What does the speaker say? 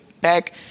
back